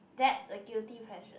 that's a guilty pleasure